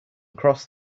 cross